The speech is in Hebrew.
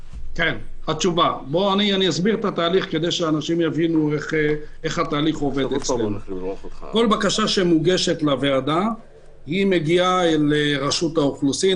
אני אסביר את התהליך: כל בקשה שמוגשת לוועדה מגיעה לרשות האוכלוסין,